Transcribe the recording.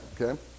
okay